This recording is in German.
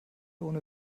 ohne